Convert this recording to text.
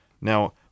Now